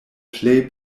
plej